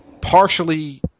partially